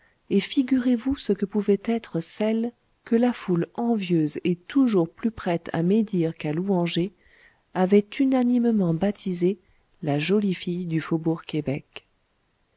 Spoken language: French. et figurez-vous ce que pouvait être celle que la foule envieuse et toujours plus prête à médire qu'à louanger avait unanimement baptisée la jolie fille du faubourg québec